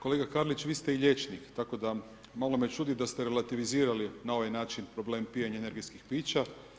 Kolega Karlić, vi ste i liječnik tako da malo me čudi da ste relativizirali na ovaj način problem pijenja energetskih pića.